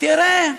תראה,